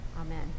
Amen